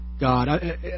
God